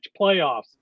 playoffs